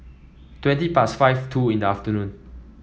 twenty past five two in the afternoon